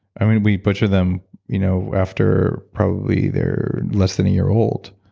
i mean, we butcher them you know after probably they're less than a year old.